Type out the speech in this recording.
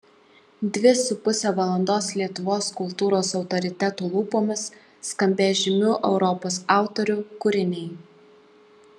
dvi su puse valandos lietuvos kultūros autoritetų lūpomis skambės žymių europos autorių kūriniai